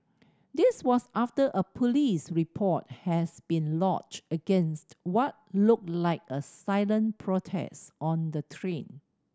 this was after a police report has been lodged against what looked like a silent protest on the train